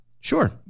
Sure